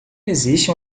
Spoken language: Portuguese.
existe